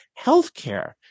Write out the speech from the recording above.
healthcare